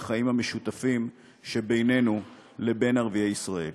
בחיים המשותפים שבינינו לבין ערביי ישראל.